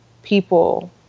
people